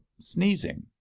sneezing